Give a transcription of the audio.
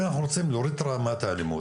אם אנחנו רוצים להוריד את רמת האלימות,